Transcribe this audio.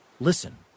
listen